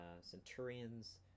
centurions